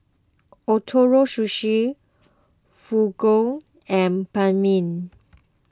Ootoro Sushi Fugu and Banh Mi